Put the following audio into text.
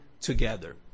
together